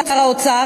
שר האוצר,